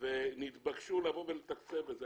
ונתבקשו לתקצב את זה.